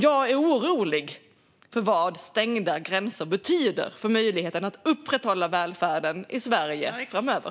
Jag är orolig för vad stängda gränser betyder för möjligheten att upprätthålla välfärden i Sverige framöver.